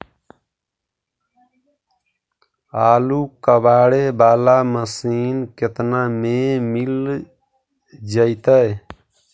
आलू कबाड़े बाला मशीन केतना में मिल जइतै?